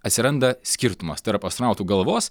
atsiranda skirtumas tarp astronautų galvos